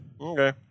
Okay